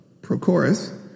Prochorus